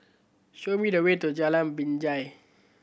show me the way to Jalan Binjai